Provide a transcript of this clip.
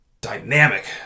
Dynamic